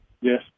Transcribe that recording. Yes